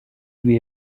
lui